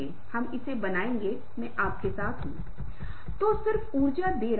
इसलिए स्पेस कई मायनों में अशाब्दिक संचार में महत्वपूर्ण भूमिका निभाता है